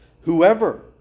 whoever